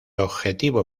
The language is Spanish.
objetivo